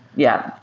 yeah.